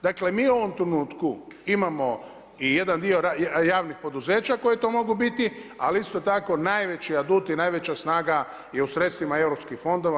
Dakle, mi u ovom trenutku imamo i jedan dio javnih poduzeća koje to mogu biti, ali isto tako najveći adut i najveća snaga je u sredstvima europskih fondova.